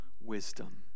wisdom